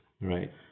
Right